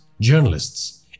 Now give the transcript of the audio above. journalists